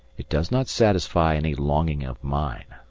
it does not satisfy any longing of mine.